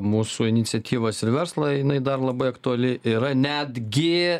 mūsų iniciatyvas ir verslą jinai dar labai aktuali yra netgi